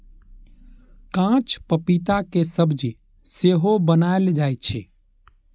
कांच पपीता के सब्जी सेहो बनाएल जाइ छै